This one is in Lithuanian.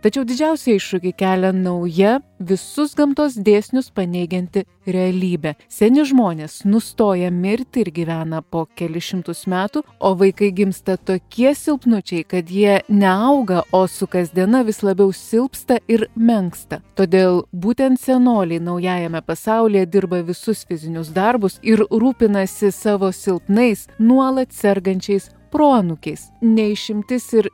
tačiau didžiausią iššūkį kelia nauja visus gamtos dėsnius paneigianti realybė seni žmonės nustoja mirti ir gyvena po kelis šimtus metų o vaikai gimsta tokie silpnučiai kad jie neauga o su kasdiena vis labiau silpsta ir menksta todėl būtent senoliai naujajame pasaulyje dirba visus fizinius darbus ir rūpinasi savo silpnais nuolat sergančiais proanūkiais ne išimtis ir